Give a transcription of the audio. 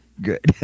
good